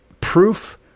proof